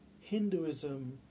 Hinduism